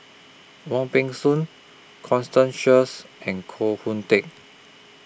Wong Peng Soon Constance Sheares and Koh Hoon Teck